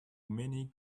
many